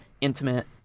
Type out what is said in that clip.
intimate